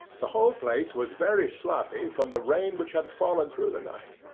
the whole place was very sloppy from the rain which had fallen through the night.